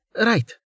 Right